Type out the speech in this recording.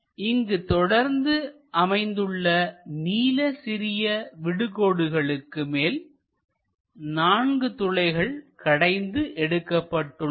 இங்கு தொடர்ந்து அமைந்துள்ள நீள சிறிய விடு கோடுகளுக்கு மேல் 4 துளைகள் கடைந்து எடுக்கப்பட்டுள்ளன